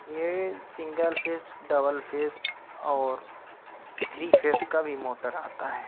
یہ single phase double phase اور three phase کا بھی موٹر آتا ہے